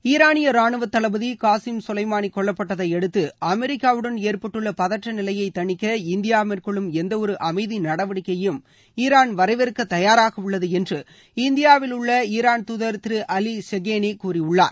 ஈரானிய ராணுவத் தளபதி காசிம் சோலை மானி கொல்லப்பட்டதை அடுத்து அமெரிக்காவுடன் ஏற்பட்டுள்ள பதற்ற நிலையை தனிக்க இந்தியா மேற்கொள்ளும் எந்த ஒரு அமைதி நடவடிக்கையையும் ஈரான் வரவேற்க தயாராக உள்ளது என்று இந்தியாவிலுள்ள ஈரான் தூதர் திரு அலி சேகேனி கூறியுள்ளார்